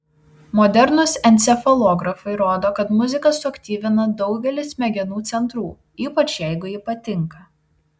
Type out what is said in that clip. modernūs encefalografai rodo kad muzika suaktyvina daugelį smegenų centrų ypač jeigu ji patinka